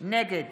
נגד